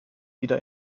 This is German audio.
wieder